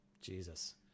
Jesus